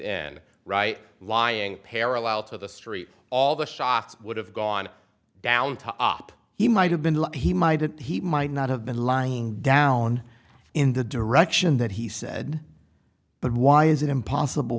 and right lying parallel to the story all the shots would have gone down top he might have been like he mightn't he might not have been lying down in the direction that he said but why is it impossible